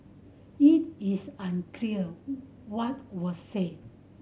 it is unclear what was said